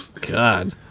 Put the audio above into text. God